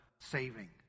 saving